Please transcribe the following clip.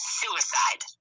suicide